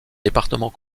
département